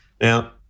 Now